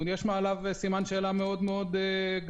יש מעליו סימן שאלה מאוד מאוד גדול.